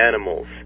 animals